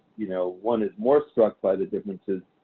you know one is more struck by the differences.